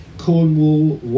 Cornwall